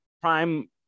prime